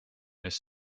eest